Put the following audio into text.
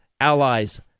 allies